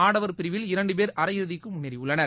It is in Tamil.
ஆடவர் பிரிவில் இரண்டு பேர் அரை இறுதிக்கு முன்னேறியுள்ளனர்